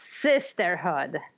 sisterhood